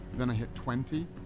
then i hit twenty.